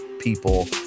People